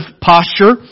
posture